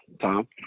Tom